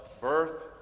birth